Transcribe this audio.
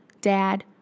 dad